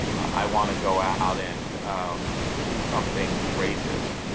i want to go out and do something racist,